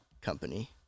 Company